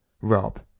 Rob